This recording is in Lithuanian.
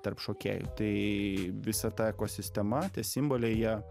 tarp šokėjų tai visa ta ekosistema tie simboliai jie